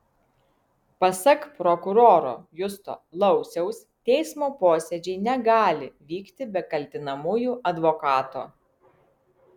pasak prokuroro justo lauciaus teismo posėdžiai negali vykti be kaltinamųjų advokato